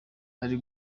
hari